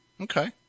Okay